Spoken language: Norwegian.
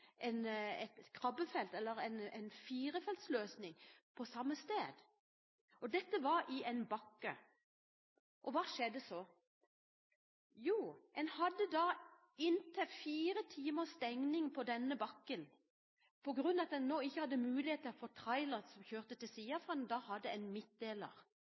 et krabbefelt eller en firefeltsløsning på samme sted. Dette var i en bakke. Hva skjedde så? Jo, en hadde da inntil fire timers stenging i denne bakken på grunn av at en nå ikke hadde muligheter for trailere som kjørte til siden, fordi en hadde en